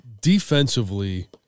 defensively